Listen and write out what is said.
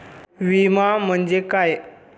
विमा म्हणजे काय?